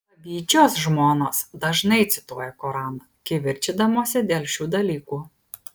pavydžios žmonos dažnai cituoja koraną kivirčydamosi dėl šių dalykų